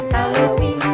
Halloween